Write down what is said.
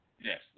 Yes